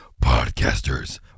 Podcasters